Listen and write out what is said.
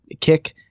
kick